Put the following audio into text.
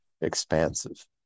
expansive